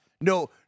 No